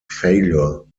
failure